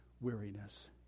weariness